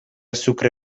sucre